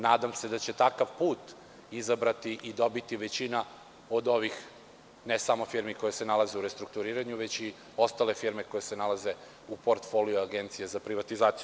Nadam se da će takav put izabrati i dobiti većina od ovih, ne samo firmi koje se nalaze u restrukturiranju već i ostale firme koje se nalaze u portfoliju Agencije za privatizaciju.